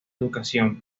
educación